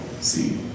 see